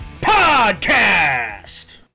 Podcast